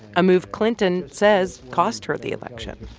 a move clinton says cost her the election.